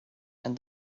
and